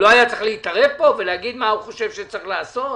הוא לא היה צריך להתערב פה ולהגיד מה הוא חושב שצריך לעשות?